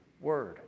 Word